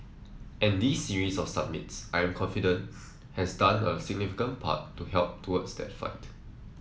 and this series of summits I'm confident has done a significant part to help towards that fight